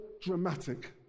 dramatic